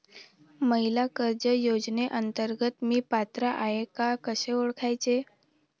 महिला कर्ज योजनेअंतर्गत मी पात्र आहे का कसे ओळखायचे?